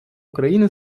україни